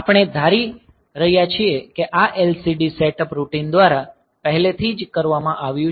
આપણે ધારી રહ્યા છીએ કે આ LCD સેટઅપ રૂટિન દ્વારા પહેલેથી જ કરવામાં આવ્યું છે